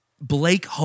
Blake